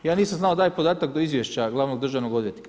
Ja nisam znao taj podatak do izvješća glavnog državnog odvjetnika.